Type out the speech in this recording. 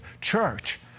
church